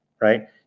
right